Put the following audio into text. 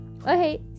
okay